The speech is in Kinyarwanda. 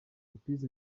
lopez